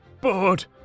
bored